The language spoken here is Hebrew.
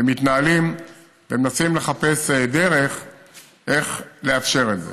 ומתנהלים ומנסים לחפש דרך לאפשר את זה.